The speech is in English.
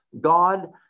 God